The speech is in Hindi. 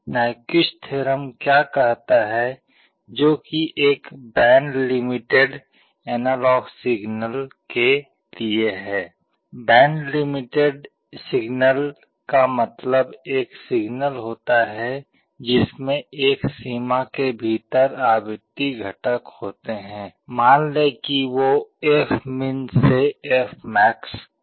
नाइक्विस्ट थ्योरम क्या कहता है जो कि एक बैंड लिमिटेड एनालॉग सिग्नल के लिए है बैंड लिमिटेड सिग्नल का मतलब एक सिग्नल होता है जिसमें एक सीमा के भीतर आवृत्ति घटक होते हैं मान लें वो fmin से fmax हैं